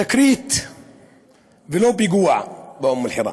תקרית ולא פיגוע, באום-אלחיראן.